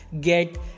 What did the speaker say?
get